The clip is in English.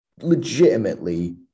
legitimately